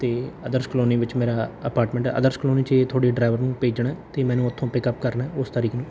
ਅਤੇ ਆਦਰਸ਼ ਕਲੋਨੀ ਵਿੱਚ ਮੇਰਾ ਅਪਾਰਟਮੈਂਟ ਹੈ ਆਦਰਸ ਕਲੋਨੀ 'ਚ ਤੁਹਾਡੇ ਡਰਾਈਵਰ ਨੂੰ ਭੇਜਣਾ ਅਤੇ ਮੈਨੂੰ ਉੱਥੋਂ ਪਿਕ ਅੱਪ ਕਰਨਾ ਉਸ ਤਰੀਕ ਨੂੰ